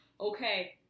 Okay